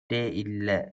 இல்ல